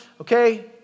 Okay